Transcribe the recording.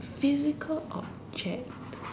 physical object